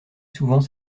souvent